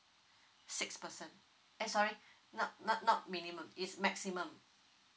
six person eh sorry not not not minimum is maximum